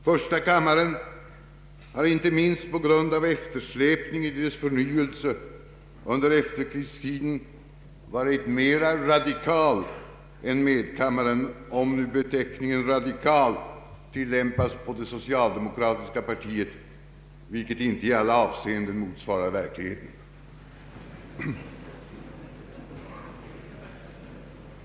Första kammaren har icke minst på grund av eftersläpningen i dess förnyelse under efterkrigstiden varit mer radikal än medkammaren, om nu beteckningen radikal tillämpas på det socialdemokratiska partiet, vilket inte i alla avseenden motsvarar verkligheten.